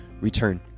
return